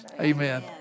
Amen